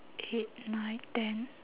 eight nine ten